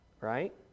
Right